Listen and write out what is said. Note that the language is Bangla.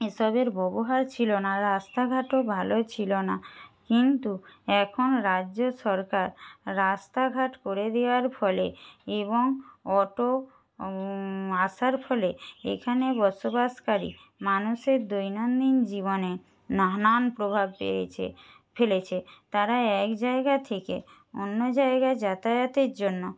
এসবের ব্যবহার ছিলো না রাস্তাঘাটও ভালো ছিলো না কিন্তু এখন রাজ্যের সরকার রাস্তাঘাট করে দেওয়ার ফলে এবং অটো আসার ফলে এখানে বসবাসকারি মানুষের দৈনন্দিন জীবনে নানান প্রভাব পেয়েছে ফেলেছে তারা এক জায়গা থেকে অন্য জায়গায় যাতায়াতের জন্য